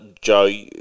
Joe